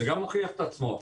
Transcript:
זה גם מוכיח את עצמו.